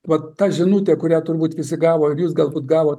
vat ta žinutė kurią turbūt visi gavo ir jūs galbūt gavot